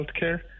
healthcare